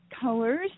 colors